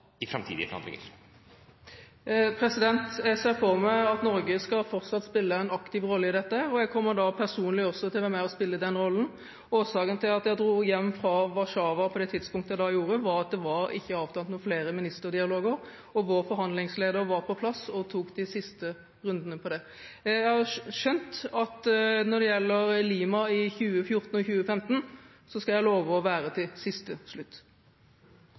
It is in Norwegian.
i framtidige forhandlinger? Jeg ser for meg at Norge fortsatt skal spille en aktiv rolle i dette, og jeg kommer også personlig til og være med å spille den rollen. Årsaken til at jeg dro hjem fra Warszawa på det tidspunktet jeg gjorde, var at det ikke var avtalt noen flere ministerdialoger, og vår forhandlingsleder var på plass og deltok i de siste rundene. Når det gjelder Lima i 2014 og 2015, skal jeg love å være til siste slutt.